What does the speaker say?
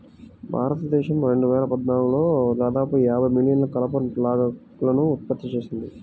భారతదేశం రెండు వేల పద్నాలుగులో దాదాపు యాభై మిలియన్ల కలప లాగ్లను ఉత్పత్తి చేసింది